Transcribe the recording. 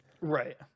Right